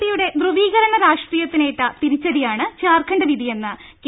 P യുടെ ധ്രുവീകരണ രാഷ്ട്രീയത്തിനേറ്റ തിരിച്ചടി യാണ് ജാർഖണ്ഡ് വിധിയെന്ന് കെ